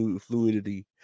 fluidity